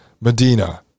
Medina